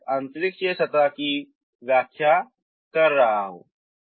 मैंने सिर्फ अंतरिक्ष या सतह की व्याख्या की है